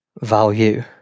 value